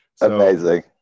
Amazing